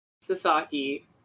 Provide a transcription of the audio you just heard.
Sasaki